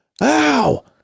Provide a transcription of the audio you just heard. ow